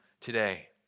today